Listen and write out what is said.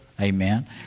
Amen